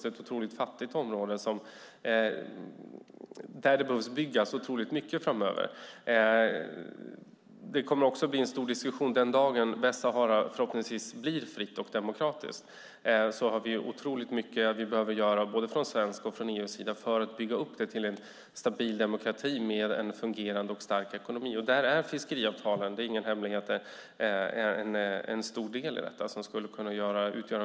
Detta är ett otroligt fattigt område där det behöver byggas otroligt mycket framöver. Det kommer också att bli en stor diskussion. Den dagen Västsahara förhoppningsvis blir fritt och demokratiskt har vi otroligt mycket vi behöver göra från både svensk sida och EU:s sida för att bygga upp det till en stabil demokrati med en fungerande och stark ekonomi. Där är fiskeavtalen en stor del i detta. Det är inga hemligheter.